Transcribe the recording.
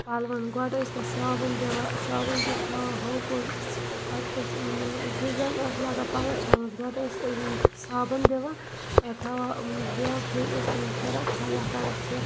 پَلوَن گۄڈٕ ٲسۍ تَتھ صابَن دِوان صابَن دِتھ تھاوان ہوکُن پَتہٕ ٲسۍ زٕ زَنہِ آسہٕ لاگان پَلو چھَلنَس گۄڈٕ ٲسۍ صابَن دِوان تھاوان بیٛاکھ زٔنۍ ٲسۍ تِمَن پھِران چھَلان کَڑان چھۄکھ